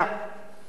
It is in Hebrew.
מה שקורה,